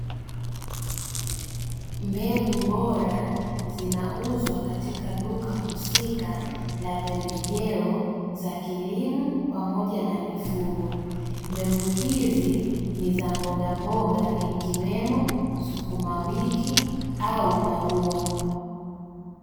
Mbegu bora zinakuzwa katika duka husika la pembejeo za kilimo pamoja na mifugo. Mbegu hizi ni za mbogamboga ikiwemo sukumawiki au maua.